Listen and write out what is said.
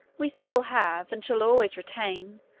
we still have, and shall always retain,